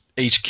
HQ